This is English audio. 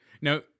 Now